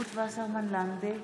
רות וסרמן לנדה,